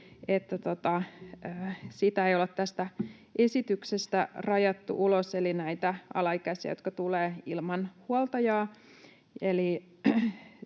että heitä ei ole tästä esityksestä rajattu ulos eli näitä alaikäisiä, jotka tulevat ilman huoltajaa.